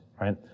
right